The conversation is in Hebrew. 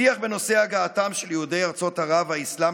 השיח בנושא הגעתם של יהודי ארצות ערב והאסלאם